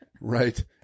right